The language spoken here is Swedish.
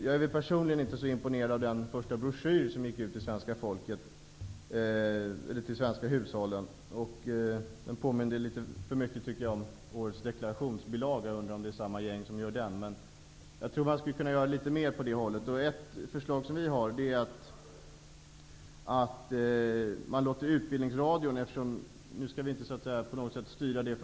Jag är personligen inte så imponerad över den första broschyr med EG-information som gick ut till svenska hushåll. Den påminde litet för mycket om årets deklarationsbilaga. Jag undrar om det är samma gäng som gör den. Jag tror att vi skulle kunna göra litet mer på det hållet. Jag vet att Utbildningsradion har planer på att gå ut med ett program om EG.